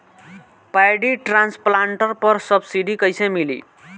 Paddy transplanter पर subsidy कैसे मिली?